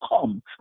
come